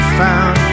found